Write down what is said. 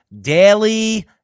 daily